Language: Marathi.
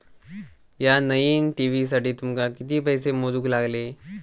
या नईन टी.व्ही साठी तुमका किती पैसे मोजूक लागले?